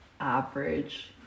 average